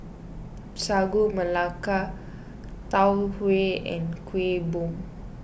Sagu Melaka Tau Huay and Kueh Bom